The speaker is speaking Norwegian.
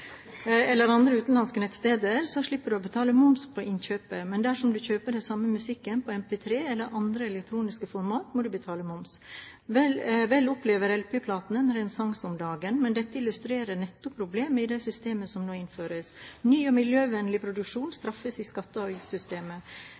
eller andre utenlandske nettsteder, slipper man å betale moms på innkjøpet, men dersom man kjøper den samme musikken på MP3 eller i andre elektroniske format, må man betale moms. Vel opplever lp-platene en renessanse om dagen, men dette illustrerer nettopp problemet i det systemet som nå innføres: Ny og miljøvennlig produksjon